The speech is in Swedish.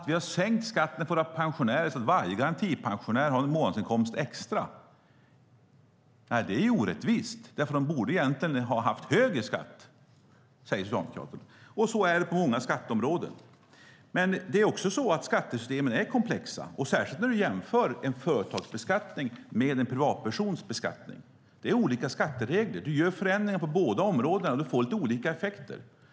Vi har sänkt skatten för pensionärer så att varje garantipensionär får en månadsinkomst extra. Nej, det är orättvist. De borde egentligen ha haft högre skatt, säger Socialdemokraterna. Och så är det på många skatteområden. Men skattesystemen är komplexa, särskilt om man jämför företagsbeskattning med beskattning av en privatperson. Det är olika skatteregler. Om man genomför förändringar på båda områdena blir det lite olika effekter.